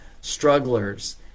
strugglers